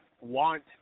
want